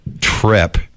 trip